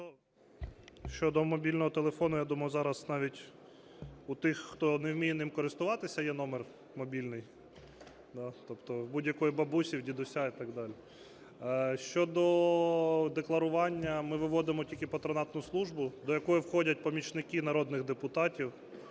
Щодо мобільного телефону, я думаю, зараз навіть у тих, хто не вміє ним користуватися, є номер мобільний, тобто у будь-якої бабусі, у дідуся і так далі. Щодо декларування. Ми виводимо тільки патронатну службу, до якої входять помічники народних депутатів,